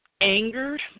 angered